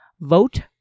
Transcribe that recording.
vote